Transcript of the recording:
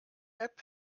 app